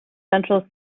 central